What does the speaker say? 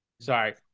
Sorry